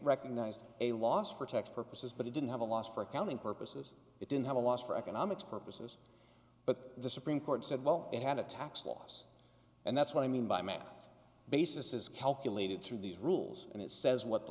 recognized a loss for tax purposes but it didn't have a loss for accounting purposes it didn't have a loss for economics purposes but the supreme court said well it had a tax loss and that's what i mean by math basis is calculated through these rules and it says what the